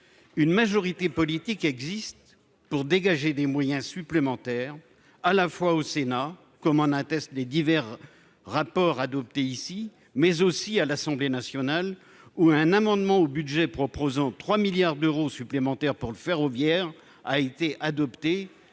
une majorité politique existe pour dégager des moyens supplémentaires à la fois au Sénat, comme en attestent les divers rapports adoptés ici mais aussi à l'Assemblée nationale ou un amendement au budget proposant 3 milliards d'euros supplémentaires pour le ferroviaire, a été adopté,